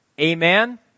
Amen